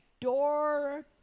door